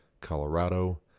Colorado